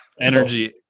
energy